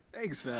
thanks,